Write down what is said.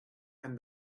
and